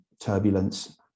turbulence